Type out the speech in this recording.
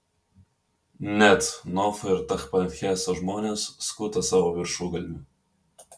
net nofo ir tachpanheso žmonės skuta savo viršugalvį